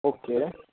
okay